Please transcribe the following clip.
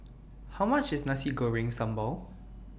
How much IS Nasi Goreng Sambal